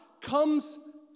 comes